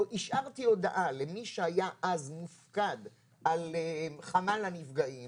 השארתי הודעה למי שהיה אז מופקד על חמ"ל הנפגעים